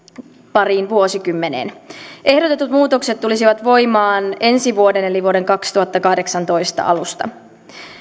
pariin vuosikymmeneen ehdotetut muutokset tulisivat voimaan ensi vuoden eli vuoden kaksituhattakahdeksantoista alusta